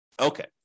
Okay